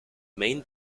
main